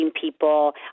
people